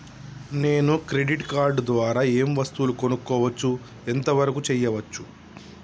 నేను credit card ద్వారా ఏం వస్తువులు కొనుక్కోవచ్చు ఎంత వరకు చేయవచ్చు?